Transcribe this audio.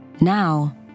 Now